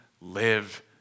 live